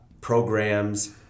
programs